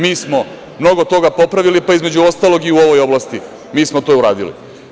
Mi smo mnogo toga popravili, pa između ostalog i u ovoj oblasti mi smo to uradili.